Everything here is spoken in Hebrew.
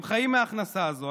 הם חיים מההכנסה הזו,